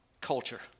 culture